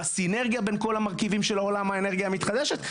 בסינרגיה בין כל המרכיבים של עולם האנרגיה המתחדשת.